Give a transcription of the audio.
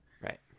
Right